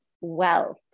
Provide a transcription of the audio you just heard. wealth